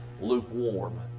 lukewarm